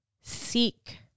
Seek